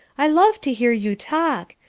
i love to hear you talk.